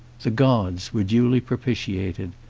the gods were duly propitiated,